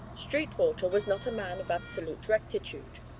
sweetwater was not a man of absolute rectitude.